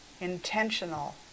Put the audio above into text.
intentional